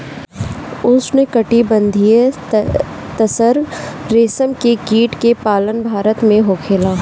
उष्णकटिबंधीय तसर रेशम के कीट के पालन भारत में होखेला